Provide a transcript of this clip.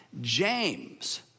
James